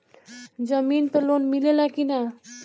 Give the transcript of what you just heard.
जमीन पे लोन मिले ला की ना?